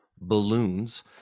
balloons